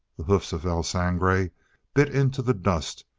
the hoofs of el sangre bit into the dust,